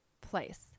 place